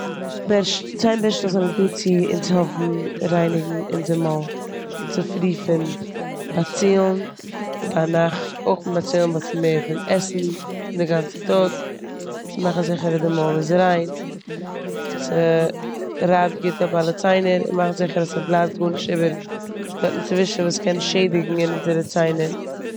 ציין בערשטלעך זענען דא צו אונז העלפן רייניגן אונזער מויל צופרי פון באצילן, ביינאכט אויך פון באצילן באט מער פון עסן די גאנצע טאג, צו מאכן זיכער אז די מויל איז ריין. ס'רייבט גוט אפ אלע ציינער און מאכט זיכער אז ס'בלייבט גארנישט איבער דארטן צווישן וואס קען שעדיגן אונזערע ציינער.